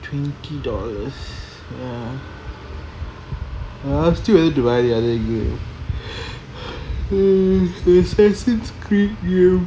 twenty dollars err I still thinking whether to buy the other games mm the assassin's creed you know